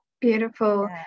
beautiful